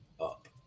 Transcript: up